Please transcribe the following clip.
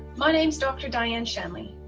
my name's dr. dianne shanley.